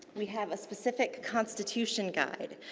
we have a specific constitution guide.